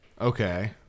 Okay